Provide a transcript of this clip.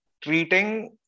treating